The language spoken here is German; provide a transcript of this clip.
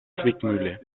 zwickmühle